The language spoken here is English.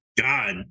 God